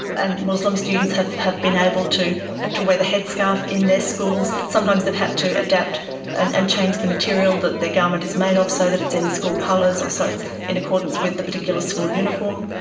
and muslim students have have been able to ah to wear the headscarf in their schools. sometimes they've had to adapt and and change the material that their garment is made of so that it's in school colours or in accordance with the particular school uniform.